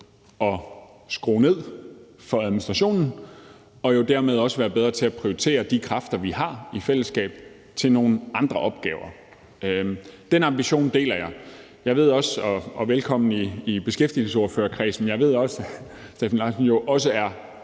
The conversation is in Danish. at skrue ned for administrationen og dermed også være bedre til at prioritere de kræfter, vi har i fællesskab, til nogle andre opgaver. Den ambition deler jeg. Og velkommen i beskæftigelsesordførerkredsen. Jeg ved også, at hr. Steffen Larsen er